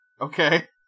okay